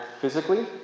physically